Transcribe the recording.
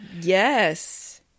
yes